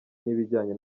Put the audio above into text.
n’ibijyanye